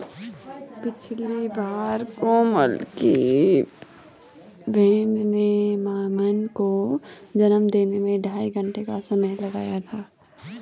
पिछली बार कोमल की भेड़ ने मेमने को जन्म देने में ढाई घंटे का समय लगाया था